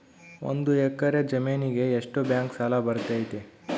ಒಂದು ಎಕರೆ ಜಮೇನಿಗೆ ಎಷ್ಟು ಬ್ಯಾಂಕ್ ಸಾಲ ಬರ್ತೈತೆ?